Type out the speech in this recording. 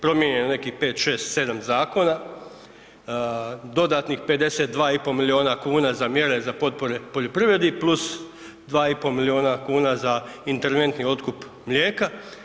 Promijenjeno je nekih 5,6,7 zakona dodatnih 52,5 milijuna kuna za mjere za potpore poljoprivredi plus 2,5 milijuna kuna za interventni otkup mlijeka.